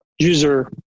user